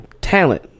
talent